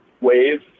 Wave